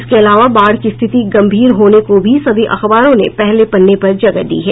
इसके अलावा बाढ़ की स्थिति गंभीर होने को भी सभी अखबारों ने पहले पन्ने पर जगह दी है